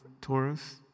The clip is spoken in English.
Taurus